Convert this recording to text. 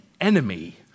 enemy